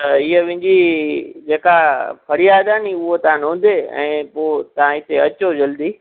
इअं मुंहिंजी जेका फ़रियाद आहे नी उहा तव्हां नोधे ऐं पोइ तव्हां हिते अचो जल्दी